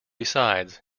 besides